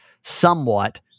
somewhat